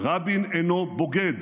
"רבין אינו בוגד.